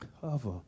cover